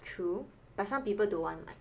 true but some people don't want [what]